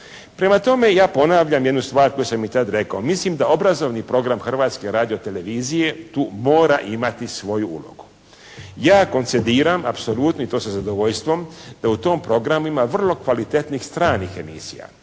Prema tome, ja ponavljam jednu stvar koju sam i tada rekao. Mislim da obrazovni program Hrvatske radiotelevizije tu mora imati svoju ulogu. Ja koncediram apsolutno i to sa zadovoljstvom da u tom programima vrlo kvalitetnih stranih emisija.